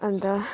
अनि त